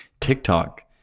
TikTok